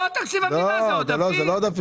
לא תקציב המדינה, זה עודפים.